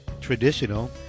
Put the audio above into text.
traditional